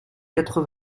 quatre